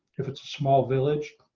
if it's a small village.